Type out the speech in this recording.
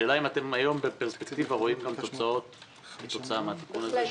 השאלה היא: האם היום בפרספקטיבה אתם רואים תוצאה מן התיקון הזה,